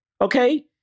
Okay